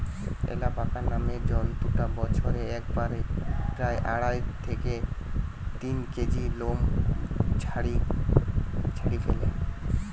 alpaca নামের জন্তুটা বছরে একবারে প্রায় আড়াই থেকে তিন কেজি লোম ঝাড়ি ফ্যালে